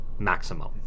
maximum